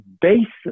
basis